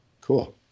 Cool